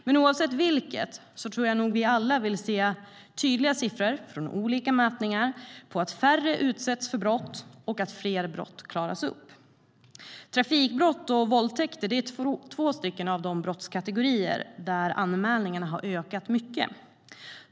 Men oavsett vilket tror jag nog att vi alla vill se tydliga siffror från olika mätningar på att färre utsätts för brott och att fler brott klaras upp. Trafikbrott och våldtäkter är två brottskategorier där anmälningarna ökat mycket.